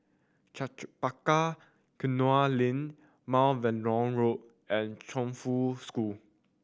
Chempaka Kuning Link Mount Vernon Road and Chongfu School